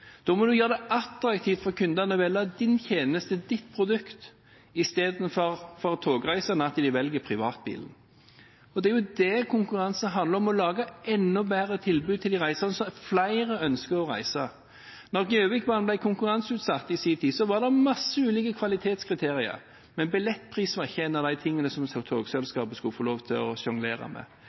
Da må en gjøre det attraktivt for kundene å velge din tjeneste, din produkt, istedenfor at de togreisende velger privatbilen. Det er jo det konkurranse handler om: å lage enda bedre tilbud til de reisende, slik at flere ønsker å reise. Da Gjøvikbanen ble konkurranseutsatt i sin tid, var det mange ulike kvalitetskriterier, men billettpris var ikke en av de tingene som togselskapet skulle få lov til å sjonglere med,